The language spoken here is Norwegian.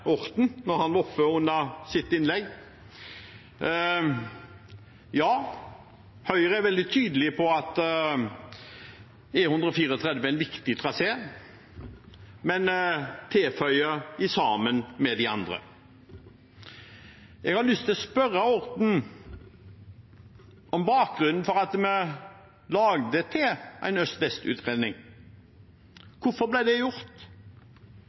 han var oppe under innlegget sitt. Ja, Høyre er veldig tydelig på at E134 er en viktig trasé, men tilføyer at den er det sammen med «de andre». Jeg har lyst til å spørre Orten om bakgrunnen for at vi laget en øst–vest-utredning. Hvorfor ble det